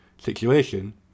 situation